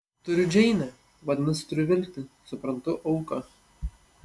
turiu džeinę vadinasi turiu viltį suprantu auką